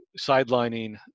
sidelining